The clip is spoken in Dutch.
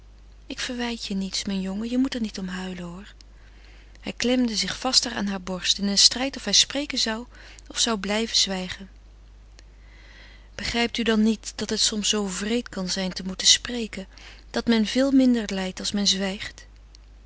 ik verwijt je niets mijn jongen je moet er niet om huilen hoor hij klemde zich vaster aan hare borst in een strijd of hij spreken zou of zou blijven zwijgen begrijpt u dan niet dat het soms zoo wreed kan zijn te moeten spreken dat men veel minder lijdt als men zwijgt